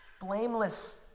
blameless